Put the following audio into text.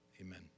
amen